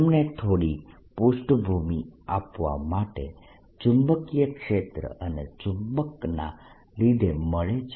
તમને થોડી પૃષ્ઠભૂમિ આપવા માટે ચુંબકીય ક્ષેત્ર એ ચુંબકના લીધે મળે છે